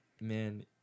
man